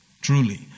truly